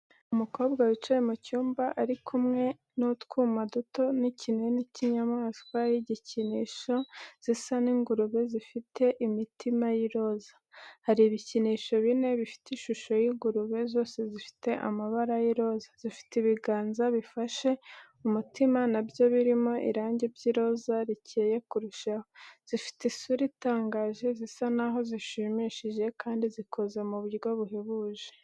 Umukobwa wicaye mu cyumba ari kumwe na utwuma duto n’ikinini cy’inyamaswa y’igikinisho zisa n’ingurube zifite imitima y’iroza. Hari ibikinisho bine bifite ishusho y’ingurube. Zose zifite amabara y’iroza, zifite ibiganza bifashe umutima na byo birimo irangi ry’iroza rikeye kurushaho. Zifite isura itangaje, zisa n'aho zishimishije kandi zikoze mu buryo buhebuje.